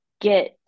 get